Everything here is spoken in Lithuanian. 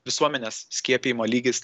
visuomenės skiepijimo lygis